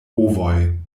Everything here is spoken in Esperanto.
ovoj